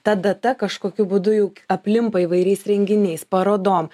ta data kažkokiu būdu jau aplimpa įvairiais renginiais parodom